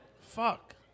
Fuck